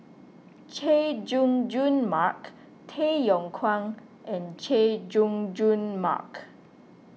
Chay Jung Jun Mark Tay Yong Kwang and Chay Jung Jun Mark